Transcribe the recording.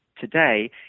today